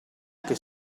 che